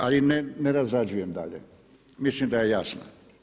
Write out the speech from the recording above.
Ali ne razrađujem dalje, milim da je jasna.